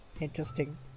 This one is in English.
interesting